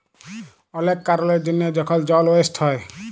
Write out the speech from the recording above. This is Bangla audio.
অলেক কারলের জ্যনহে যখল জল ওয়েস্ট হ্যয়